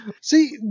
See